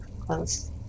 close